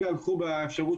בבקשה.